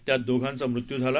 त्यात दोघांचा मृत्यू झाला